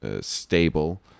stable